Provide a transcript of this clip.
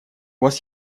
вас